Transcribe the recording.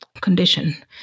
condition